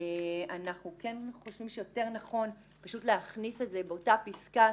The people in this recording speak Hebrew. אנחנו חושבים שיותר נכון להכניס את זה לאותה פסקה,